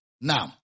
Now